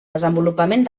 desenvolupament